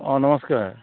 অ নমস্কাৰ